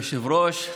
כבוד היושב-ראש,